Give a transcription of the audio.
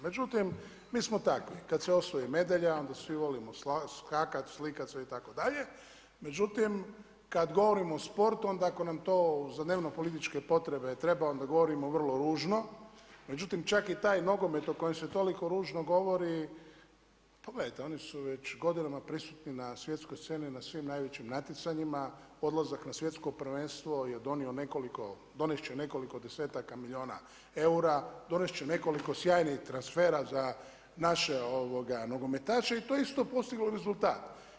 Međutim, mi smo takvi, kada se osvoji medalja onda svi volimo skakat, slikat sve itd., međutim kada govorimo o sportu onda ako nam to za dnevnopolitičke potrebe treba onda govorimo vrlo ružno, međutim čak i taj nogomet o kojem se toliko ružno govori, pa gledajte oni su već godinama prisutni na svjetskoj sceni na svim najvećim natjecanjima, odlazak na svjetsko prvenstvo donest će nekoliko desetaka milijuna eura, donest će nekoliko sjajnih transfera za naše nogometaše i to je isto postiglo rezultat.